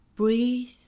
Breathe